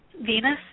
Venus